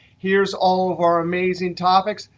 here's all of our amazing topics.